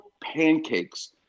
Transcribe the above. pancakes